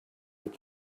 with